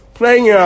playing